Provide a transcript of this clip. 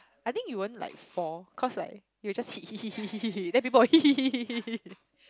I think it won't like fall cause like it will like hit hit hit hit hit then people will hit hit hit hit hit hit